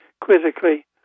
quizzically